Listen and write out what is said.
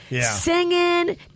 singing